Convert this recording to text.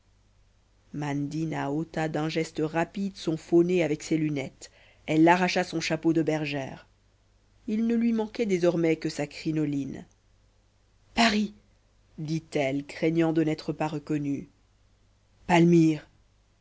mandina ôta d'un geste rapide son faux nez avec ses lunettes elle arracha son chapeau de bergère il ne lui manquait désormais que sa crinoline paris dit-elle craignant de n'être pas reconnue palmyre